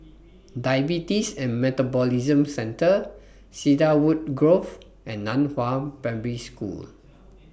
Diabetes Metabolism Centre Cedarwood Grove and NAN Hua Primary School